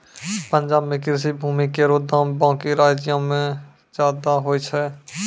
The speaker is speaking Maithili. पंजाब म कृषि भूमि केरो दाम बाकी राज्यो सें जादे होय छै